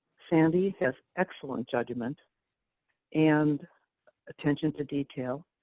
sandy has excellent judgement and attention to detail.